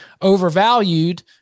overvalued